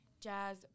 jazz